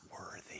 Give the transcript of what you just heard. worthy